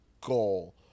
goal